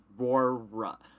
Aurora